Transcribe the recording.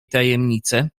tajemnice